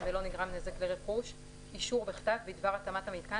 ולא נגרם נזק לרכוש- אישור בכתב בדבר התאמת המיתקן